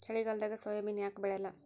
ಚಳಿಗಾಲದಾಗ ಸೋಯಾಬಿನ ಯಾಕ ಬೆಳ್ಯಾಲ?